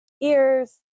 ears